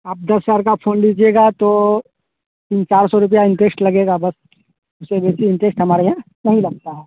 आपका दस हज़ार का फ़ोन लीजिएगा तो तीन चार सौ रुपया इंटरेस्ट लगेगा उसे वैसे ही इंटरेस्ट हमारे यहाँ नहीं लगता है